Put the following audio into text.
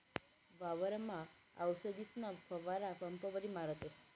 वावरमा आवसदीसना फवारा पंपवरी मारतस